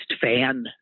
fan